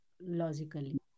logically